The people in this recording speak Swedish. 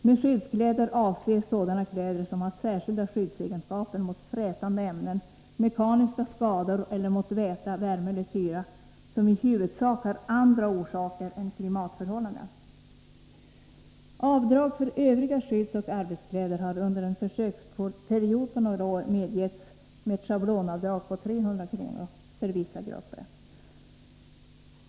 Med skyddskläder avses sådana kläder, som har särskilda skyddsegenskaper mot frätande ämnen, mekaniska skador eller mot väta, värme eller kyla som i huvudsak har andra orsaker än klimatförhållandena.” Avdrag för övriga skyddsoch arbetskläder har under en försöksperiod på några år medgetts med ett schablonavdrag på 300 kr. för vissa grupper.